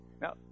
Now